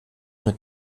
mit